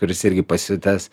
kuris irgi pasiutęs